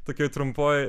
tokioj trumpoj